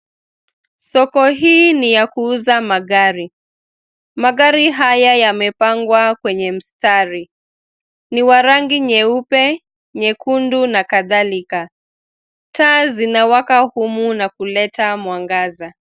Soko hii ni ya kuuza magari. Magari haya yamepangwa kwenye mstari. Ni wa rangi nyeupe, nyekundu na kadhalika. Taa zinawaka humu na kuleta mwangaza.